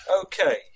Okay